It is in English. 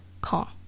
call